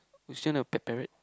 you sure or not a pet parrot